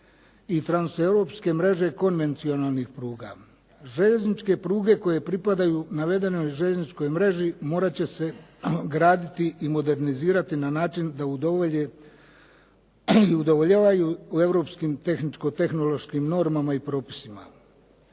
i transeuropske mreže konvencionalnih pruga. Željezničke pruge koje pripadaju navedenoj željezničkoj mreži morat će se graditi i modernizirati na način da udovoljavaju u europskim tehničko-tehnološkim normama i propisima.